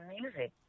music